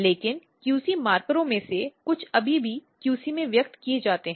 लेकिन QC मार्करों में से कुछ अभी भी QC में व्यक्त किए जाते हैं